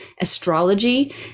astrology